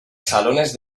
salones